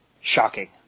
Shocking